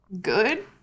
good